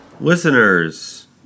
Listeners